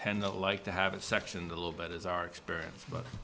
tend to like to have a section a little bit as our experience but